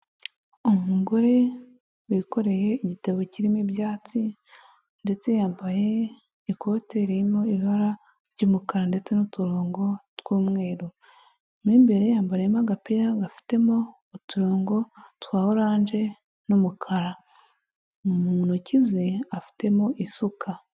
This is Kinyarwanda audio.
Umugore wikoreye igitebo kirimo ibyatsi ndetse yambaye ikote ririmo ibara ry'umukara ndetse n'uturongo tw'umweru. Mo imbere yambariyemo agapira gafitemo uturongo twa oranje n'umukara, mu ntoki ze afitemo isuka.